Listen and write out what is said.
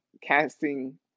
casting